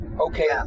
okay